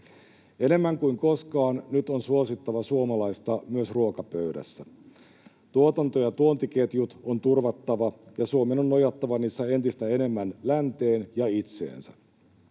Enemmän kuin koskaan nyt on suosittava suomalaista myös ruokapöydässä. Tuotanto- ja tuontiketjut on turvattava, ja Suomen on nojattava niissä entistä enemmän länteen ja itseensä.